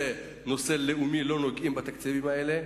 זה נושא לאומי, לא נוגעים בתקציבים האלה,